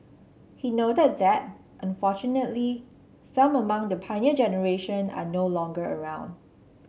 he noted that unfortunately some among the Pioneer Generation are no longer around